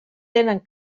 tenen